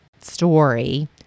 story